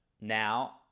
now